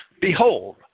Behold